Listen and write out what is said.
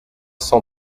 cent